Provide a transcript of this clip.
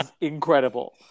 incredible